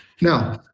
now